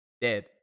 dead